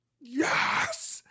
yes